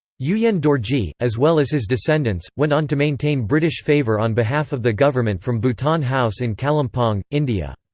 ugyen dorji, as well as his descendants, went on to maintain british favor on behalf of the government from bhutan house in kalimpong, india.